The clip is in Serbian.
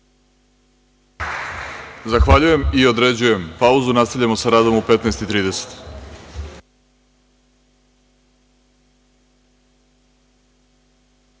Zahvaljujem. Određujem pauzu. Nastavljamo sa radom u 15.30